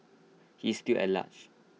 he is still at large